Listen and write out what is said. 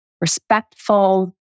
respectful